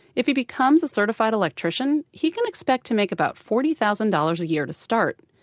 if he becomes a certified electrician, he can expect to make about forty thousand dollars a year to start.